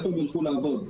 איפה הם ילכו לעבוד?